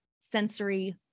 sensory